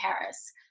Paris